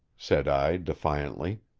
said i defiantly.